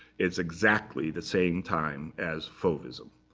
it's exactly the same time as fauvism.